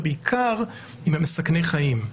ובעיקר אם הם מסכני חיים.